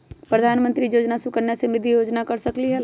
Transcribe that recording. प्रधानमंत्री योजना सुकन्या समृद्धि योजना कर सकलीहल?